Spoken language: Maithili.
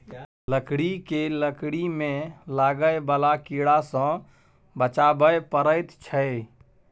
लकड़ी केँ लकड़ी मे लागय बला कीड़ा सँ बचाबय परैत छै